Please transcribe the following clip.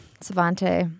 Savante